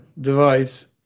device